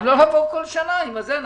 אבל לא לבוא בכל שנה עם בקשה.